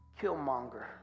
Killmonger